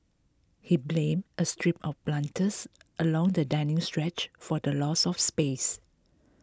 he blamed a strip of planters along the dining stretch for the loss of space